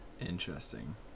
Interesting